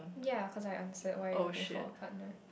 ya cause I answered why are you looking for a partner